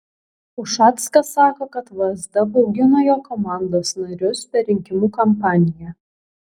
ušackas sako kad vsd baugino jo komandos narius per rinkimų kampaniją